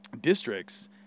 districts